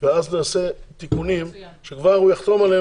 ואז נעשה תיקונים שכבר הוא יחתום עליהם